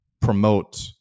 promote